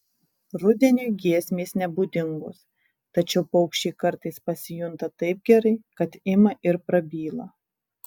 rudeniui giesmės nebūdingos tačiau paukščiai kartais pasijunta taip gerai kad ima ir prabyla